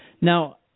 Now